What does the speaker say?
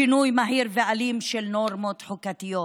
שינוי מהיר ואלים של נורמות חוקתיות.